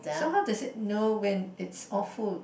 so how to say no when it's awful